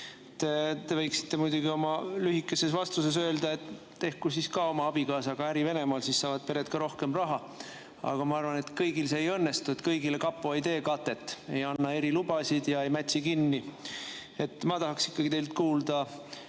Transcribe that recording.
võinud muidugi oma lühikeses vastuses öelda, et tehku siis kõik oma abikaasaga äri Venemaal, siis saavad pered ka rohkem raha. Aga ma arvan, et kõigil see ei õnnestu, kõigile kapo ei tee katet, ei anna erilubasid ja ei mätsi kinni. Ma tahaks ikkagi teilt kuulda,